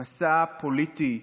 מסע פוליטי,